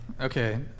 Okay